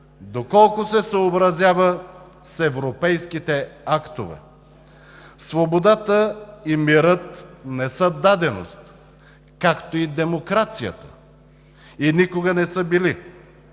доколко се съобразява с европейските актове. Свободата и мирът не са даденост, както и демокрацията, и никога не са били.